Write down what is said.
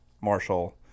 Marshall